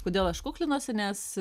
kodėl aš kuklinuosi nes